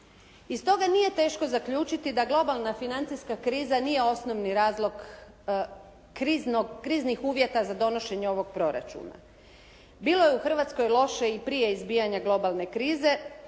I stoga nije teško zaključiti da globalna financijska kriza nije osnovni razlog kriznih uvjeta za donošenje ovog proračuna. Bilo je u Hrvatskoj loše i prije izbijanja globalne krize,